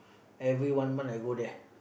every one month I go there